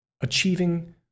achieving